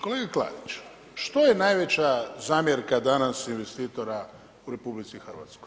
Kolega Klarić, što je najveća zamjerka danas investitora u RH?